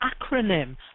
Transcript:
acronym